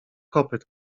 kopyt